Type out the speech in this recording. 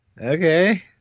Okay